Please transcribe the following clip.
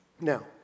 Now